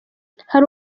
hari